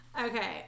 Okay